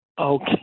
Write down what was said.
Okay